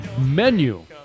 menu